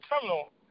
terminal